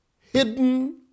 hidden